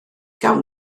gawn